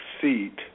seat